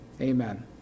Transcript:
Amen